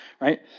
right